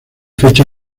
fecha